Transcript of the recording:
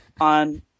on